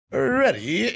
Ready